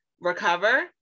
recover